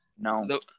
No